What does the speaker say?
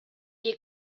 est